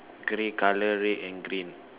grey colour red and green